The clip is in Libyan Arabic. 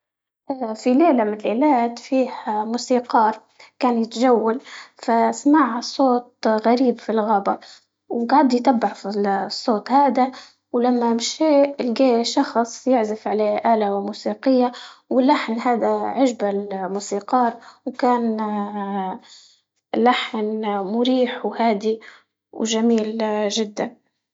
اه في ليلة من ليلات فيه موسيقار كان يتجول فسمع الصوت غريب في الغابة، وقعد يتبع في الصوت هذا، ولما مشى لقاه شخص يعرس على آلة وموسيقية واللحن هذا عجبة الموسيقار، وكان اه لحن مريح وهادئ وجميل جداً.